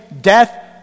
Death